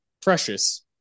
Precious